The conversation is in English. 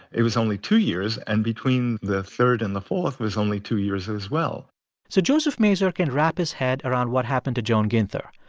it was only two years. and between the third and the fourth, it was only two years as well so joseph mazur can wrap his head around what happened to joan ginther,